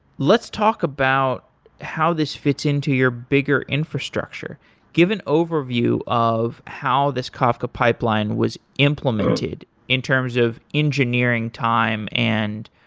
let's talk about how this fits into your bigger infrastructure given overview of how this kafka pipeline was implemented in terms of engineering time and